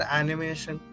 animation